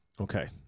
Okay